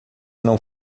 não